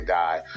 die